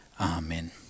Amen